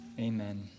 Amen